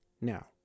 now